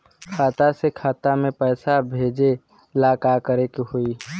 खाता से खाता मे पैसा भेजे ला का करे के होई?